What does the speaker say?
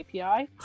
API